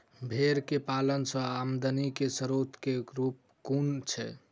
भेंर केँ पालन सँ आमदनी केँ स्रोत केँ रूप कुन छैय?